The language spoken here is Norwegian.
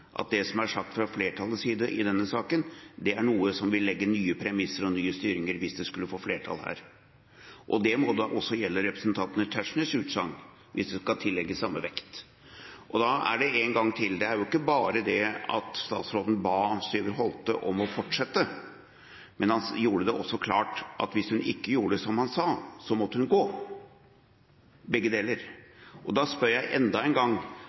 at det som er sagt fra flertallets side i denne saken, er noe som vil legge nye premisser og gi ny styring hvis det skulle få flertall her. Det må da også gjelde representanten Tetzschners utsagn hvis det skal tillegges samme vekt. Så én gang til: Det er ikke bare det at statsråden ba Styve Holte om å fortsette, men han gjorde det også klart at hvis hun ikke gjorde som han sa, måtte hun gå. Begge deler. Da spør jeg enda en gang: